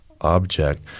object